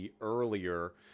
earlier